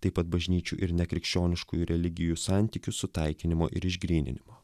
taip pat bažnyčių ir nekrikščioniškųjų religijų santykių sutaikinimo ir išgryninimo